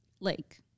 Lake